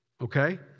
Okay